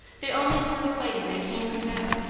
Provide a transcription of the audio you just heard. the only sort of fighting that can prevail.